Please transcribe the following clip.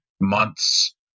months